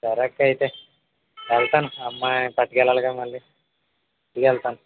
సరే అక్క అయితే వెళ్తాను అమ్మ పట్టుకెళ్ళాలి కదా మళ్ళీ దిగి వెళ్తాను